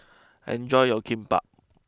enjoy your Kimbap